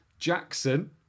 Jackson